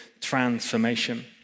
transformation